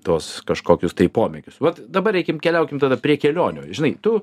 tuos kažkokius tai pomėgius vat dabar eikim keliaukim tada prie kelionių žinai tu